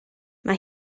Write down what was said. mae